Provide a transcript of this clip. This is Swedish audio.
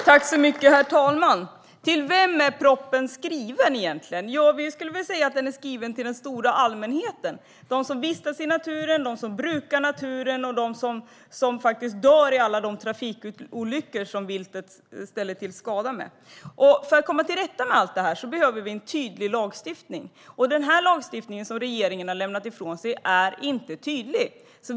Herr talman! Till vem är propositionen egentligen skriven? Vi skulle väl säga att den är skriven till den stora allmänheten: de som vistas i naturen, brukar naturen och faktiskt dör i alla de trafikolyckor som viltet ställer till med. För att komma till rätta med allt detta behöver vi en tydlig lagstiftning, och den lagstiftning som regeringen har lämnat ifrån sig är inte tydlig.